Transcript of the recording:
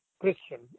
Christian